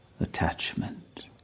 attachment